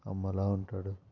అమ్మలా ఉంటాడు